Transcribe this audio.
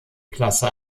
klasse